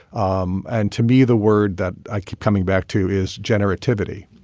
um and to me, the word that i keep coming back to is generativity.